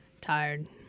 tired